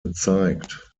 gezeigt